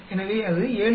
எனவே அது 7